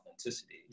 authenticity